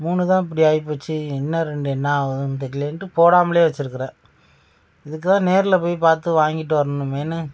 மூணு தான் இப்படி ஆகி போச்சு இன்னும் இந்த ரெண்டு என்ன ஆக போகுதோன்னு தெரியலை போடாமலேயே வச்சு இருக்கிறேன் இதுக்கு தான் நேரில் போய் பார்த்து வாங்கிட்டு வரணுமேன்னு